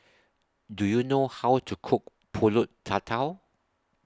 Do YOU know How to Cook Pulut Tatal